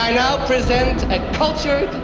now present a cultured,